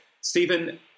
Stephen